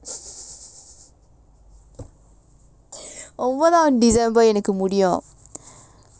ஒன்பதாம்:onbathaam december எனக்கு முடியும்:enakku mudiyum